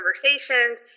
conversations